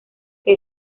que